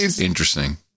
Interesting